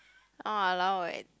!walao! eh